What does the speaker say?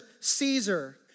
Caesar